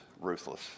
ruthless